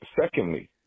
secondly